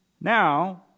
Now